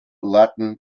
latin